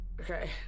Okay